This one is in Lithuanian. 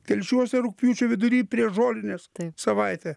telšiuose rugpjūčio vidury prieš žolines savaitę